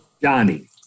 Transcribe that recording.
Johnny